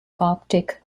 optic